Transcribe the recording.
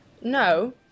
No